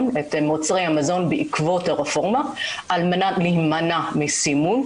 מוצרי המזון בעקבות הרפורמה על מנת להימנע מסימון,